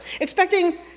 expecting